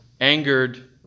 angered